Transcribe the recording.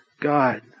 God